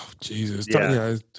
jesus